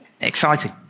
Exciting